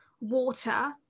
water